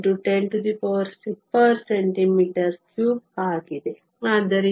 05 x 106 cm 3 ಆಗಿದೆ